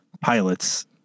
pilots